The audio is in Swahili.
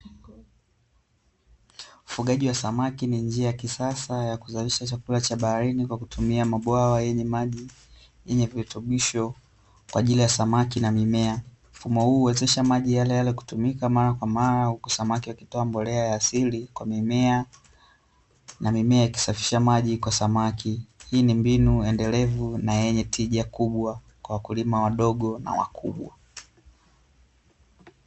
Ufugaji wa samaki ni njia ya kisasa ya kuzalisha chakula cha baharini kwa kutumia mabwawa yenye maji, yenye virutubisho kwa ajili ya samaki na mimea. Mfumo huu huwezesha maji yaleyale kutumika mara kwa mara, huku samaki wakitoa mbolea ya asili kwa mimea; na mimea yakisafisha maji kwa samaki. Hii ni mbinu endelevu na yenye tija kubwa kwa wakulima wadogo na wakubwa.